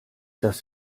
das